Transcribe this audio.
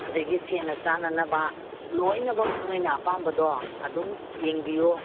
ꯑꯗꯒꯤ ꯁꯦꯠꯅ ꯆꯥꯅꯅꯕ ꯂꯣꯏꯅꯃꯛ ꯅꯈꯣꯏꯅ ꯑꯄꯥꯝꯕꯗꯣ ꯑꯗꯨꯝ ꯌꯦꯡꯕꯤꯎ